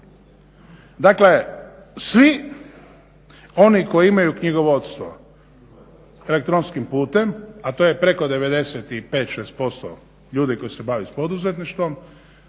Dakle, svi oni koji imaju knjigovodstvo elektronskim putem, a to je preko 95, 96% ljudi koji se bave poduzetništvom